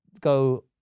go